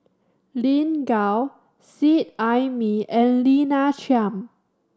Lin Gao Seet Ai Mee and Lina Chiam